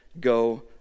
go